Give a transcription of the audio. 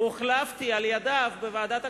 הוחלפתי על-ידיו בוועדת הכספים.